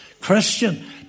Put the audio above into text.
Christian